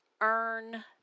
earn